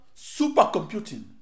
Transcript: supercomputing